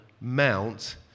Mount